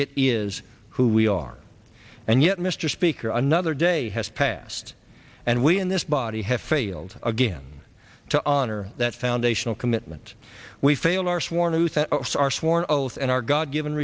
it is who we are and yet mr speaker another day has passed and we in this body have failed again to honor that foundational commitment we fail our sworn luther our sworn oath and our god given